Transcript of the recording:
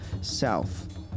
south